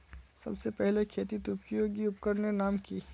सबसे पहले खेतीत उपयोगी उपकरनेर नाम की?